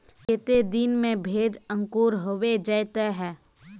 केते दिन में भेज अंकूर होबे जयते है?